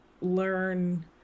learn